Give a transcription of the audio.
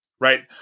right